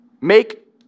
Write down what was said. Make